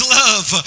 love